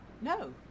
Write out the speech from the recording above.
no